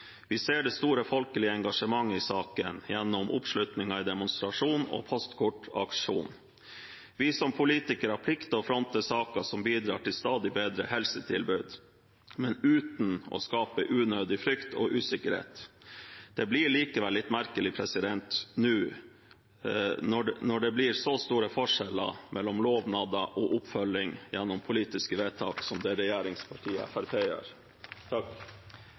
Vi ser det store folkelige engasjementet i saken, gjennom oppslutningen i demonstrasjon og postkortaksjon. Vi som politikere plikter å fronte saker som bidrar til stadig bedre helsetilbud, men uten å skape unødig frykt og usikkerhet. Det blir likevel litt merkelig når det nå blir så store forskjeller mellom lovnader og oppfølging gjennom politiske vedtak, som hos regjeringspartiet Fremskrittspartiet. Sjølv om det